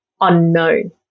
unknown